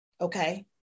okay